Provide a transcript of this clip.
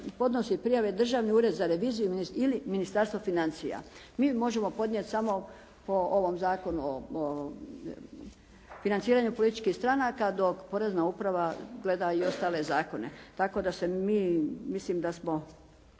Državni ured za reviziju ili Ministarstvo financija. Mi možemo podnijeti samo po ovom Zakonu o financiranju političkih stranaka dok Porezna uprava gleda i ostale zakone. Tako da se mi, mislim da smo